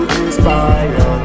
inspire